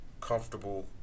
comfortable